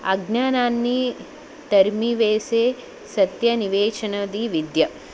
అజ్ఞానాన్ని తరిమివేసే సత్యనివేచన అనేది విద్య